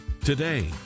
Today